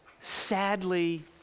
sadly